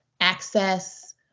access